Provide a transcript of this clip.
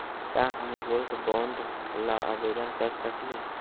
का हम gold bond ल आवेदन कर सकली?